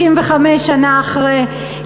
65 שנה אחרי,